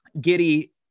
Giddy